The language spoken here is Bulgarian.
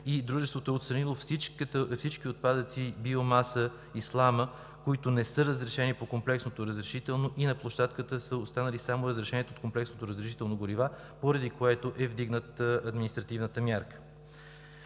дружеството е отстранило всички отпадъци от биомаса/слама, които не са разрешени по комплексното разрешително, и на площадката са останали само разрешени по комплексното разрешително горива, поради което е вдигната административната мярка.